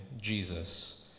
Jesus